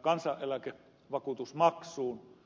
kansaneläkevakuutusmaksuun